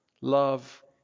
Love